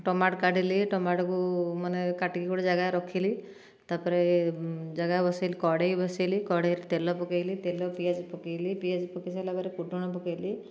ଟମାଟ କାଟିଲି ଟମାଟ କୁ ମାନେ କାଟିକି ଗୋଟିଏ ଜାଗାରେ ରଖିଲି ତାପରେ ଜାଗା ବସେଇଲି କଡ଼େଇ ବସେଇଲି କଡ଼େଇ ରେ ତେଲ ପକେଇଲି ତେଲ ପିଆଜ ପକେଇ ସାରିଲା ପରେ ତେଲ ପରେ ଫୁଟଣ ପକେଇଲି